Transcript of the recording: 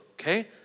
okay